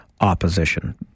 opposition